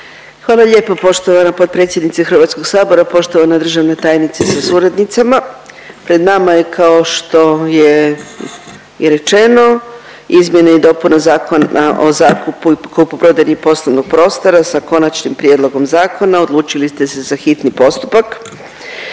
Hvala lijepo poštovana potpredsjednice Hrvatskog sabora. Poštovana državna tajnice sa suradnicama, pred nama je kao što je i rečeno izmjene i dopune Zakona o zakupu i kupoprodaji poslovnog prostora sa konačnim prijedlogom zakona. Odlučili ste se za hitni postupak.